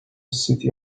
city